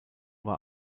war